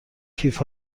کیف